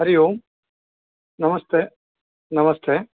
हरि ओं नमस्ते नमस्ते